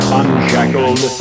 unshackled